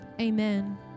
Amen